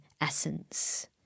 essence